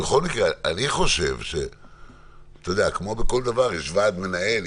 אני חושב שההחלטות שהתקבלו לגבי מסעדות,